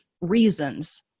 reasons